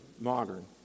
modern